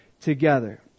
together